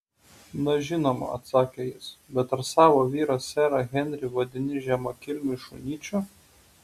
na žinoma atsakė jis bet ar savo vyrą serą henrį vadini žemakilmiu šunyčiu